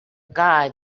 guy